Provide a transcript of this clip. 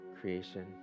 creation